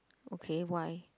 okay why